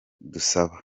dusaba